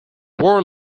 war